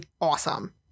awesome